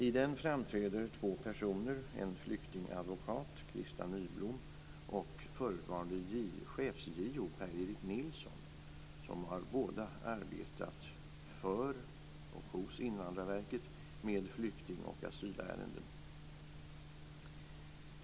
I den framträder två personer: en flyktingadvokat - Christa Nyblom - och förutvarande chefs-JO Per-Erik Nilsson, som båda har arbetat för och hos Invandrarverket med flyktingoch asylärenden.